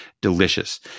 delicious